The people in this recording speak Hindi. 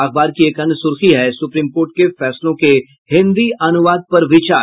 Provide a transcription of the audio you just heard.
अखबार की एक अन्य सुर्खी है सुप्रीम कोर्ट के फैसलों के हिन्दी अनुवाद पर विचार